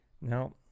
Now